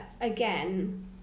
again